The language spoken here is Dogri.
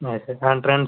nice ass entrance